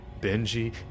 Benji